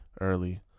early